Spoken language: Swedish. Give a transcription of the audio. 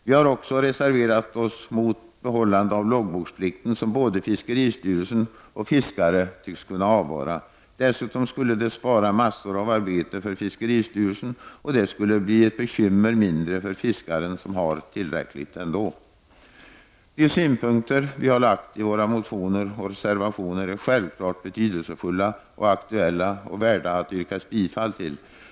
Vi har också reserverat oss mot behållandet av loggboksplikten, som både fiskeristyrelsen och fiskare tycks kunna avvara. Dessutom skulle det spara mycket arbete för fiskeristyrelsen, och det skulle bli ett bekymmer mindre för fiskaren som har tillräckligt ändå. De synpunkter som vi har lagt fram i våra motioner och reservationer är själfallet betydelsefulla, aktuella och värda att yrkas bifall till.